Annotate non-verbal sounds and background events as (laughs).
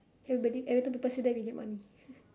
everybody every time people say that we get money (laughs)